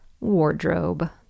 wardrobe